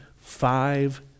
five